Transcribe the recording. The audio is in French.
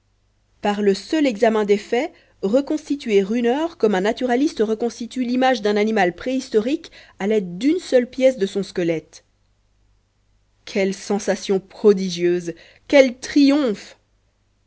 par le seul examen des faits reconstituer une heure comme un naturaliste reconstitue l'image d'un animal préhistorique à l'aide d'une seule pièce de son squelette quelles sensations prodigieuses quel triomphe